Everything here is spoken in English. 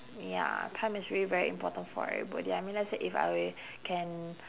ya time is really very important for everybody I mean let's say if I w~ can